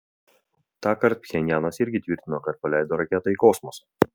tąkart pchenjanas irgi tvirtino kad paleido raketą į kosmosą